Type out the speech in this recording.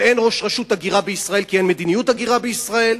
ואין רשות הגירה בישראל כי אין מדיניות הגירה בישראל.